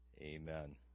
Amen